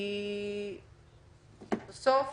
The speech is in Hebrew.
כי בסוף